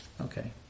Okay